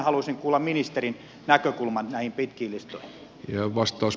haluaisin kuulla ministerin näkökulman näihin pitkiin listoihin